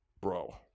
bro